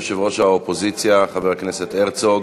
יושב-ראש האופוזיציה חבר הכנסת הרצוג,